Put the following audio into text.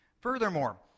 Furthermore